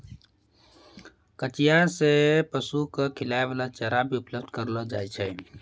कचिया सें पशु क खिलाय वाला चारा भी उपलब्ध करलो जाय छै